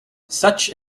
such